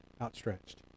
outstretched